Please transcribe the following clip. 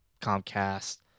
Comcast